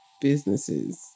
businesses